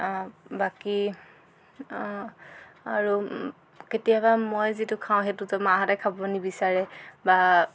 বাকী আৰু কেতিয়াবা মই যিটো খাওঁ সেইটো মাহঁতে খাব নিবিচাৰে বা